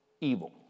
evil